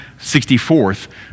sixty-fourth